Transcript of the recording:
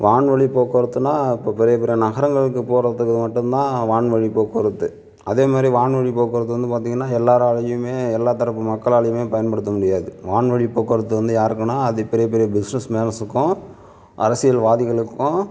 வான்வழி போக்குவரத்துனா இப்போ பெரிய பெரிய நகரங்களுக்கு போகிறதுக்கு மட்டும்தான் வான்வழி போக்குவரத்து அதேமாரி வான்வழி போக்குவரத்து வந்து பார்த்தீங்கனா எல்லோராலையுமே எல்லா தரப்பு மக்களாலேயுமே பயன்படுத்த முடியாது வான்வழி போக்குவரத்து வந்து யாருக்குனா அது பெரிய பெரிய பிஸ்னஸ்மேன்ஸுக்கும் அரசியல்வாதிகளுக்கும்